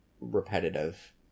repetitive